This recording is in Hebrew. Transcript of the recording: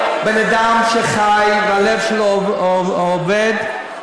בן-אדם שחי והלב שלו עובד,